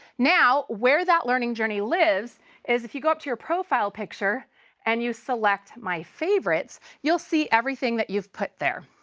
now, where that learning journey lives is, if you go up to your profile picture and you select my favorites, you'll see everything you've put there.